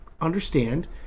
understand